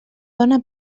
dona